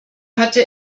hatte